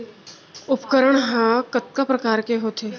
उपकरण हा कतका प्रकार के होथे?